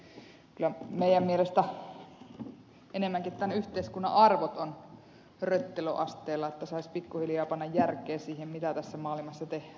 kyllä meidän mielestämme enemmänkin tämän yhteiskunnan arvot ovat röttelöasteella että saisi pikkuhiljaa panna järkeä siihen mitä tässä maailmassa tehdään ja mitä ei